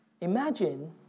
imagine